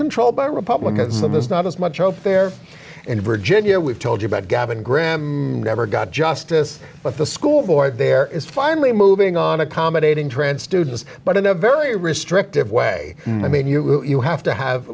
controlled by republicans some is not as much over there in virginia we've told you about gavin graham never got justice but the school board there is finally moving on accommodating trend students but in a very restrictive way i mean you will you have to have